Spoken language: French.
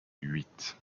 huit